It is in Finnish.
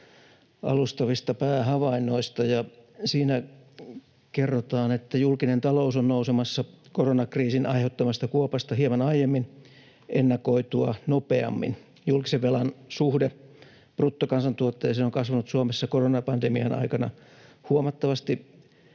alustavista päähavainnoista. Siinä kerrotaan, että julkinen talous on nousemassa koronakriisin aiheuttamasta kuopasta hieman aiemmin ennakoitua nopeammin. Julkisen velan suhde bruttokansantuotteeseen on kasvanut Suomessa koronapandemian aikana huomattavasti,